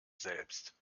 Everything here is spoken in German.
selbst